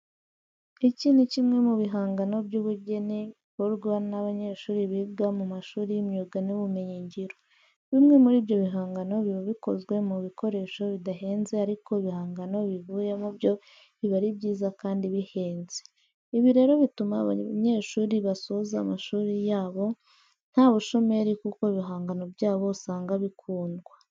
Iki ni kimwe mu bihangano by'ubugeni bikorwa n'abanyeshuri biga mu mashuri y'imyuga n'ibumenyingiro. Bimwe muri ibyo bihangano biba bikozwe mu bikoresho bidahenze ariko ibihangano bivuyemo byo biba ari byiza kandi bihenze. Ibi rero bituma aba banyeshuri basoza amashuri yabo nta bushomeri kuko ibihangano byabo usanga bikundwa.